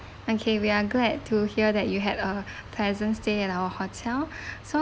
okay we're glad to hear that you had a pleasant stay at our hotel so